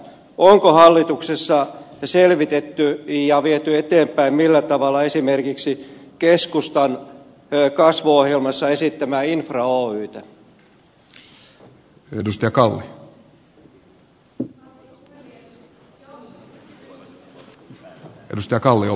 onko hallituksessa selvitetty ja viety eteenpäin ja millä tavalla esimerkiksi keskustan kasvuohjelmassa esittämää infra oytä